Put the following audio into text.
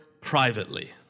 privately